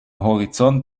horizont